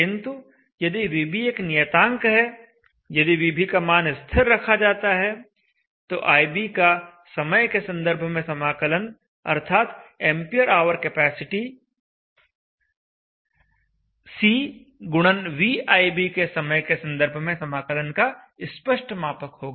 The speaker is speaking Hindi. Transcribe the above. किंतु यदि vb एक नियतांक है यदि vb का मान स्थिर रखा जाता है तो ib का समय के संदर्भ में समाकलन अर्थात एंपियर आवर केपेसिटी C गुणन V ib के समय के संदर्भ में समाकलन का स्पष्ट मापक होगा